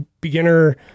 beginner